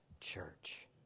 church